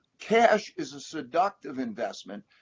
cash is ah seductive investment,